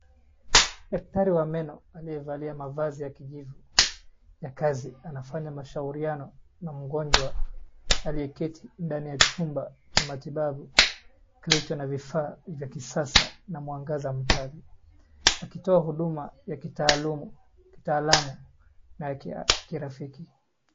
Daktari wa meno aliyevalia mavazi ya kijivu ya kazi anafanya mashauriano na mgonjwa aliyeketi ndani ya chumba cha matibabu kilicho na vifaa vya kisasa na mwangaza mkali, akitoa huduma ya kitaalamu na ya kirafiki.